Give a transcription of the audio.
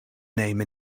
name